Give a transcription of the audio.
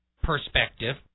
Perspective